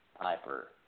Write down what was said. Piper